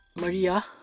Maria